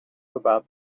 about